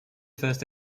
first